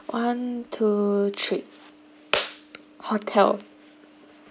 one two three hotel